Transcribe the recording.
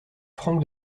frank